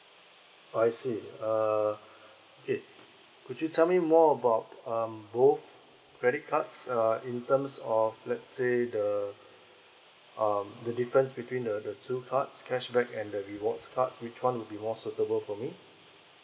oh I see it could you tell me more about um both credit cards uh in terms of let's say the um the difference between the the two cards cashback and the rewards cards which one would be more suitable for me